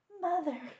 Mother